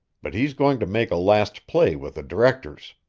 but he's going to make a last play with the directors.